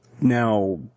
now